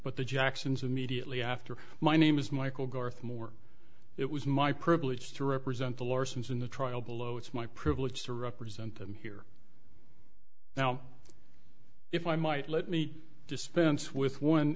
but the jacksons immediately after my name is michael garth moore it was my privilege to represent the larsons in the trial below it's my privilege to represent them here now if i might let me dispense with one